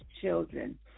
children